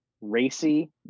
racy